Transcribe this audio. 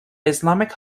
islamic